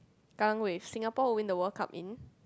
Kallang Wave Singapore will win the World Cup in